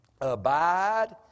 Abide